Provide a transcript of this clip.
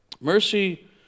mercy